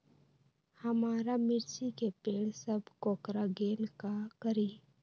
हमारा मिर्ची के पेड़ सब कोकरा गेल का करी?